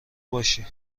باشی